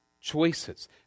choices